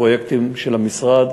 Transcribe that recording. פרויקטים של המשרד,